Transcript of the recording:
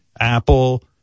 apple